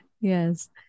yes